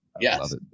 Yes